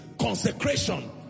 Consecration